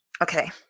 okay